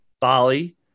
bali